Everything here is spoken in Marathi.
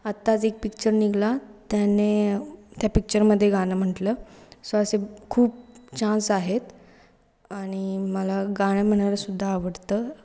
आत्ताच एक पिक्चर निघाला त्याने त्या पिक्चरमध्ये गाणं म्हटलं सो असे खूप चान्स आहेत आणि मला गाणं म्हणायलासुद्धा आवडतं